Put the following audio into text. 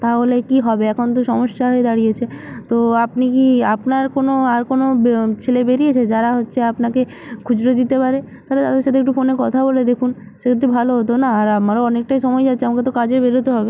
তাহলে কী হবে এখন তো সমস্যা হয়ে দাঁড়িয়েছে তো আপনি কি আপনার কোনো আর কোনো ছেলে বেড়িয়েছে যারা হচ্চে আপনাকে খুজরো দিতে পারে তালে তাদের সাথে একটু ফোনে কথা বলে দেখুন সেহেতু ভালো হতো না আর আমারও তো অনেকটা সময় যাচ্ছে আমাকে তো কাজে বেরোতে হবে